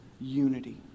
unity